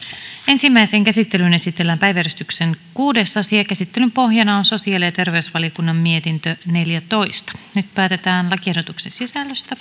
ensimmäiseen käsittelyyn esitellään päiväjärjestyksen kuudes asia käsittelyn pohjana on sosiaali ja terveysvaliokunnan mietintö neljätoista nyt päätetään lakiehdotuksen sisällöstä